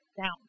down